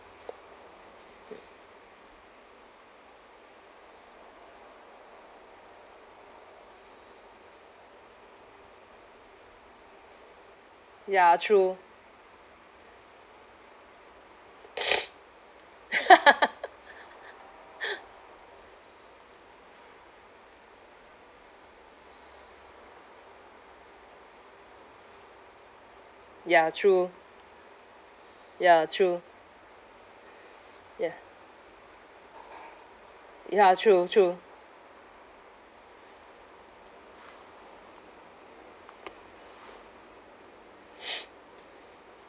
ya true ya true ya true ya ya true true